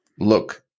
Look